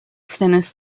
stennis